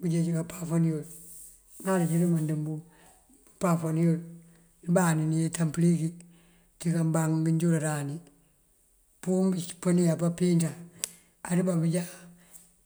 bëjeej kapafan nul. Ŋal díţ mandëmbu bëpafan nul nëbandi nëyetan pëliki ţí kambaŋ ngëjurarani. Pum bí pëni apá píinţan adubá bëjá.